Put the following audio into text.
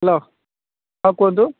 hello ହଁ କୁହନ୍ତୁ